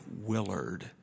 Willard